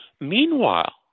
Meanwhile